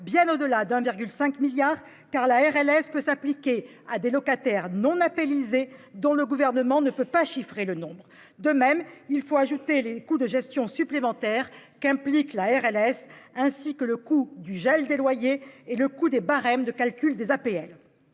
bien au-delà de 1,5 milliard d'euros, car la RLS peut s'appliquer à des locataires « non APLisés », dont le Gouvernement ne peut chiffrer le nombre. De même, il faut ajouter les coûts de gestion supplémentaires qu'implique la RLS, ainsi que le coût du gel des loyers et le gel des barèmes de calcul des APL.